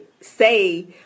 Say